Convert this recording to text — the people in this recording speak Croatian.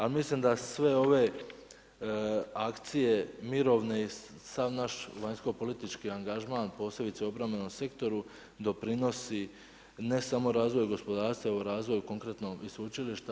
A mislim da sve ove akcije mirovne i sav naš vanjsko-politički angažman posebice u obrambenom sektoru doprinosi ne samo razvoju gospodarstva, nego razvoju konkretno i sveučilišta.